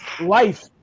life